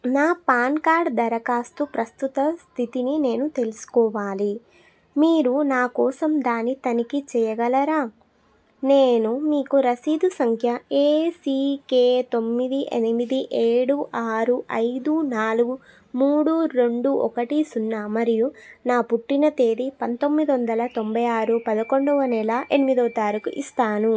నా PAN card దరఖాస్తు ప్రస్తుత స్థితిని నేను తెలుసుకోవాలి మీరు నా కోసం దాని తనిఖీ చేయగలరా నేను మీకు రసీదు సంఖ్య ఏసీకె తొమ్మిది ఎనిమిది ఏడు ఆరు ఐదు నాలుగు మూడు రెండు ఒకటి సున్నా మరియు నా పుట్టిన తేదీ పంతొమ్మిదొందల తొంభై ఆరు పదకొండవ నెల ఎనిమిదవ తారీఖు ఇస్తాను